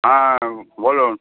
হ্যাঁ বলুন